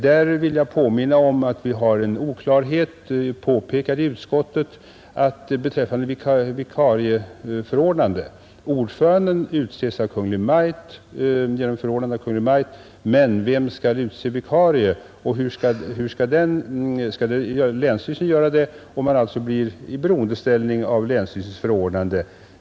Här vill jag påminna om att det föreligger en oklarhet beträffande vikarieförordnande, något som också påpekats i utskottet. Ordföranden utses genom förordnande av Kungl. Maj:t, men vem skall utse vikarier? Skall länsstyrelsen göra det? Då blir ju vederbörande beroende av länsstyrelsens förordnande.